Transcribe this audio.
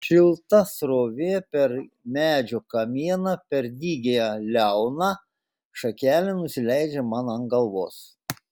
šilta srovė per medžio kamieną per dygiąją liauną šakelę nusileidžia man ant galvos